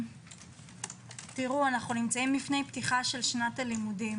אנו נמצאים לפני פתיחת שנת הלימודים